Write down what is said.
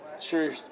sure